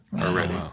already